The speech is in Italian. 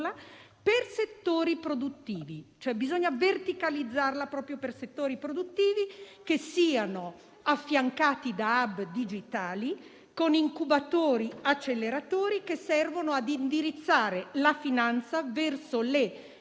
per settori produttivi: bisogna verticalizzarla per settori produttivi, che siano affiancati da *hub* digitali, con incubatori-acceleratori che servano ad indirizzare la finanza verso le